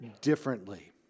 differently